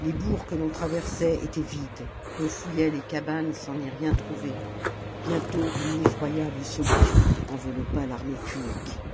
les bourgs que l'on traversait étaient vides on fouillait les cabanes sans y rien trouver bientôt une effroyable solitude enveloppa l'armée punique